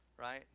right